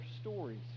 stories